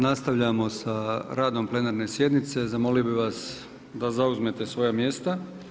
Nastavljamo sa radom plenarne sjednice, zamolio bih vas da zauzmete svoja mjesta.